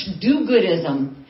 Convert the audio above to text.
do-goodism